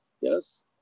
yes